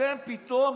אתם פתאום